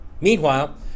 Meanwhile